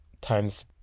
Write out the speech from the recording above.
times